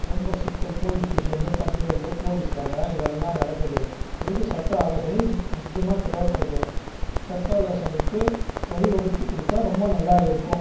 ரொம்ப சிக்கல் police station complaint போலீஸ்காரங்க இது எல்லாம் நடக்குது எதுக்கு சட்ட ஆலோசனை முக்கியமாக தேவைப்படுது சட்ட ஆலோசனைக்கு வழிவகுத்து கொடுத்தா ரொம்ப நல்லா இருக்கும்